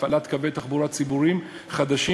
להפעלת קווי תחבורה ציבוריים חדשים